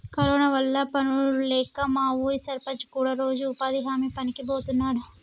corona వల్ల పనుల్లేక మా ఊరి సర్పంచ్ కూడా రోజూ ఉపాధి హామీ పనికి బోతన్నాడు